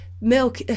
milk